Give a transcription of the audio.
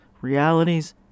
realities